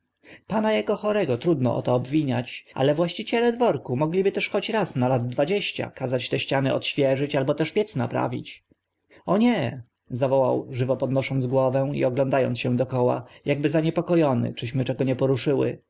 pana ako chorego trudno o to obwiniać ale właściciele dworku mogliby też choć raz na lat dwadzieścia kazać te ściany odświeżyć albo też piec naprawić o nie zawołał żywo podnosząc głowę i ogląda ąc się dokoła akby zaniepokoony czyśmy czego nie poruszyły